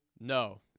No